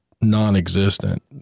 non-existent